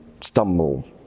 stumble